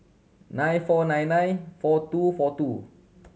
nine four nine nine four two four two